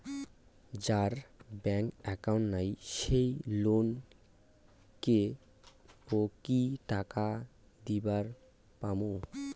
যার bank account নাই সেই লোক কে ও কি টাকা দিবার পামু?